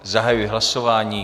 Zahajuji hlasování.